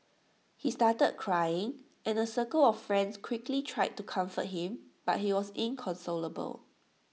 he started crying and A circle of friends quickly tried to comfort him but he was inconsolable